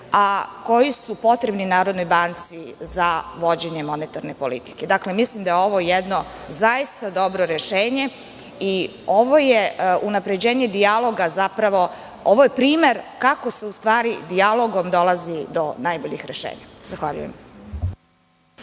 a koji su potrebni Narodnoj banci za vođenje monetarne politike. Dakle, mislim da je ovo jedno zaista dobro rešenje i ovo je unapređenje dijaloga. Zapravo, ovo je primer kako se u stvari dijalogom dolazi do najboljih rešenja. Zahvaljujem.